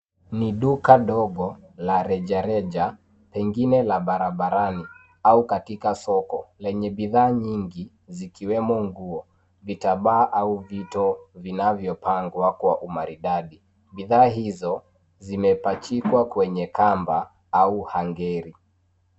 Ni duka dogo la rejareja pengine la barabarani au katika soko lenye bidhaa nyingi zikiwemo nguo, vitambaa au vito vinavyopangwa kwa umaridadi, bidhaa izo zimepachikwa kwenye kamba au angeni.